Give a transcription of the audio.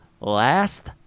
Last